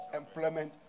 employment